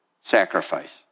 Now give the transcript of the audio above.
sacrifice